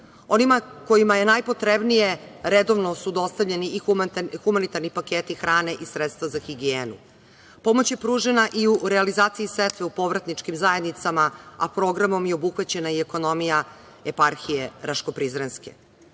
kojima je najpotrebnije redovno su dostavljeni humanitarni paketi hrane i sredstva za higijenu. Pomoć je pružena i u realizaciji setve u povratničkim zajednicama, a programom je obuhvaćena i ekonomija eparhije Raško-Prizrenske. Napominjem,